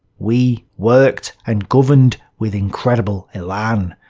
we worked and governed with incredible elan.